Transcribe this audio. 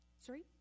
Sorry